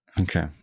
Okay